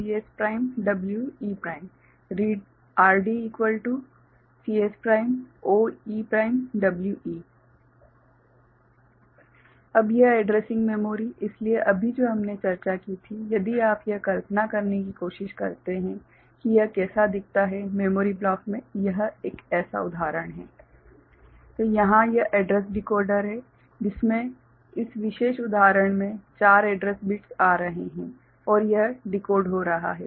WRCSWE RDCSOEWE अब यह addressing memory इसलिए अभी जो हमने चर्चा की थी यदि आप यह कल्पना करने की कोशिश करते हैं कि यह कैसा दिखता है मेमोरी ब्लॉक में यह एक ऐसा उदाहरण है तो यहाँ यह एड्रैस डिकोडर है जिसमें इस विशेष उदाहरण में 4 एड्रेस बिट्स आ रहे हैं और यह डिकोड हो रहा है